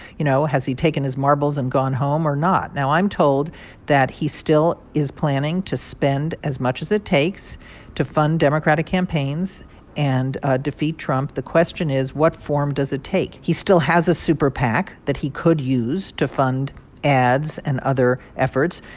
you know, has he taken his marbles and gone home or not? now, i'm told that he still is planning to spend as much as it takes to fund democratic campaigns and ah defeat trump. the question is, what form does it take? he still has a super pac that he could use to fund ads and other efforts.